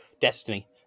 destiny